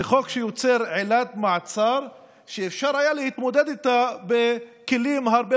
זה חוק שיוצר עילת מעצר שאפשר היה להתמודד איתה בכלים הרבה